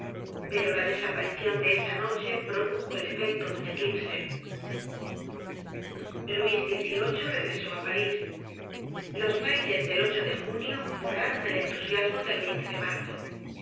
pero la desaparicion de esa noche produjo el efecto de un eclipse luis xviii regresó á parís los bailes del de junio borraron el entusiasmo del de marzo